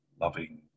loving